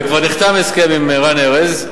וכבר נחתם הסכם עם רן ארז.